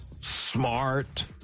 smart